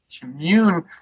commune